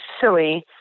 silly